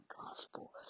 Gospel